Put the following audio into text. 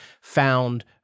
found